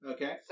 Okay